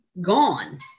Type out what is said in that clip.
gone